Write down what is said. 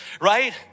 right